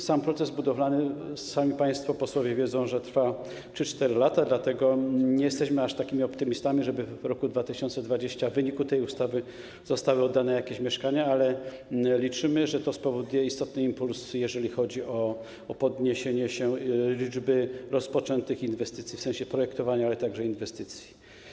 Sam proces budowlany, sami państwo posłowie wiedzą, trwa 3–4 lata, dlatego nie jesteśmy aż takimi optymistami, żeby uważać, że w roku 2020 w wyniku tej ustawy zostały oddane jakieś mieszkania, ale liczymy, że to spowoduje istotny impuls, jeżeli chodzi o zwiększenie się liczby rozpoczętych inwestycji w sensie projektowania, ale także inwestycji.